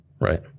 Right